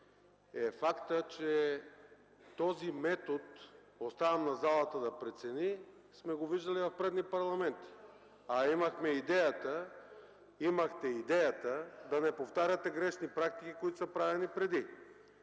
е фактът, че този метод – оставям на залата да прецени, сме го виждали в предни парламенти. А имахме идеята, имахте идеята да не повтаряте грешки и практики, които са правени преди.